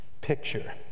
picture